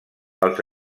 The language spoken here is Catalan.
els